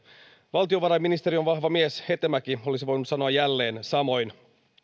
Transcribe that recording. valtiovarainministeriön vahva mies hetemäki olisi voinut sanoa jälleen samoin